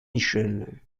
michel